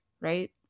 right